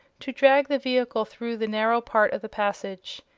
to drag the vehicle through the narrow part of the passage.